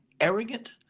arrogant